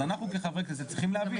אנחנו כחברי כנסת צריכים להבין,